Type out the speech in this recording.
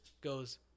goes